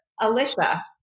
Alicia